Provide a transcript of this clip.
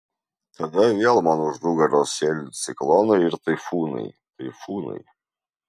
tada vėl man už nugaros sėlins ciklonai ir taifūnai taifūnai